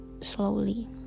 slowly